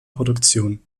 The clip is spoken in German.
produktion